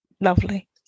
Lovely